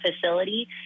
facility